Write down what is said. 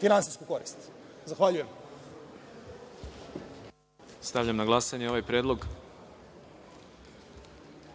finansijsku korist. Zahvaljujem. **Đorđe Milićević** Stavljam